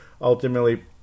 ultimately